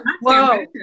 whoa